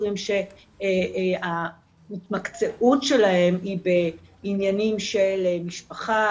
חוקרים שההתמקצעות שלהם היא בעניינים של משפחה,